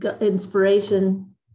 inspiration